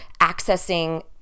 accessing